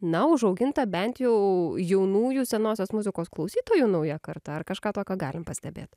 na užauginta bent jau jaunųjų senosios muzikos klausytojų nauja karta kažką tokio galim pastebėt